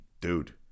dude